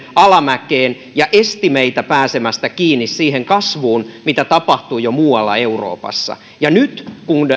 alamäkeen ja esti meitä pääsemästä kiinni siihen kasvuun mitä tapahtui jo muualla euroopassa nyt kun